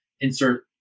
insert